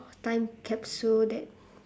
time capsule that